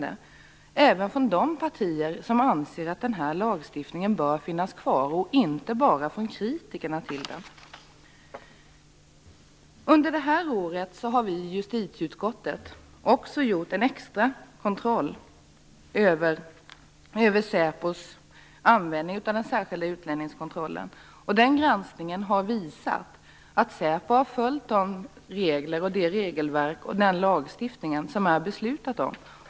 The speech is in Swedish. Det gäller även de partier som anser att denna lagstiftning bör finnas kvar och inte bara de partier som är kritiska till den. Under det här året har vi i justitieutskottet gjort en extra kontroll av säpos användning av den särskilda utlänningskontrollen. Denna granskning har visat att säpo har följt det regelverk och den lagstiftning som vi har beslutat om.